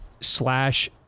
slash